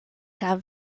cab